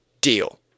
deal